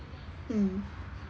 mm